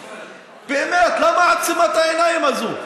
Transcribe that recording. באמת, למה עצימת העיניים הזאת?